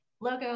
logo